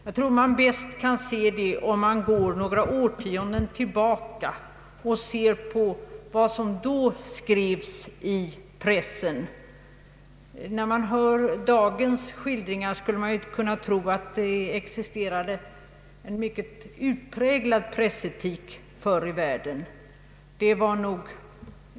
Jag tror att vi bäst kan se det om vi går några år tillbaka i tiden och undersöker vad som då skrevs i pressen. När vi hör dagens skildringar skulle vi inte kunna tro att det existerat en mycket utpräglad pressetik förr i världen.